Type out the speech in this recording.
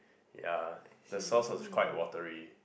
ya the sauce was quite watery